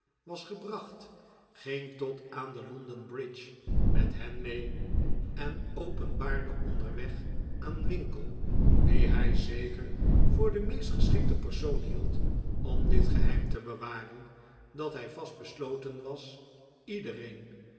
was gebracht ging tot aan de london-bridge met hen mee en openbaarde onderweg aan winkle wien hij zeker voor den meest geschikten persoon hield om dit geheim te bewaren dat hij vast besloten was iedereen